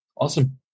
Awesome